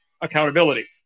accountability